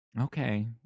Okay